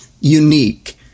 unique